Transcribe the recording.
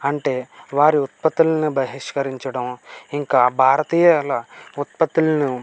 అంటే వారు ఉత్పత్తులను బహిష్కరించడం ఇంకా భారతీయుల ఉత్పత్తులను